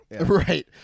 Right